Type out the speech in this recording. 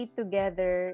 together